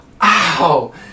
ow